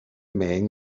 main